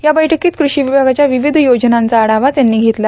या बैठकीत क्रषी विभागाच्या विविध योजनांचा आढावा त्यांनी घेतला